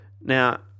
Now